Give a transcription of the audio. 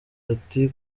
ati